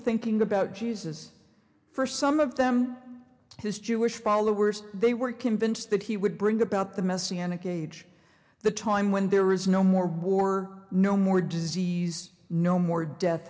thinking about jesus for some of them his jewish followers they were convinced that he would bring about the messianic age the time when there is no more war no more disease no more de